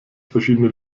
verschiedene